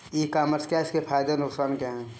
ई commerce क्या है इसके फायदे और नुकसान क्या है?